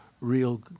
real